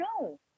no